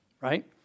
right